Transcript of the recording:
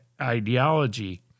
ideology